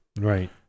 Right